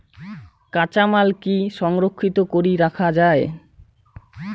কাঁচামাল কি সংরক্ষিত করি রাখা যায়?